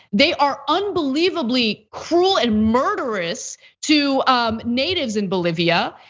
they are unbelievably cruel and murderous to um natives in bolivia.